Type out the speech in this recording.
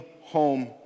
home